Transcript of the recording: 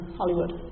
hollywood